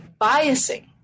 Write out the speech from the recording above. biasing